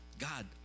God